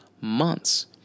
months